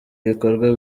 ibikorwa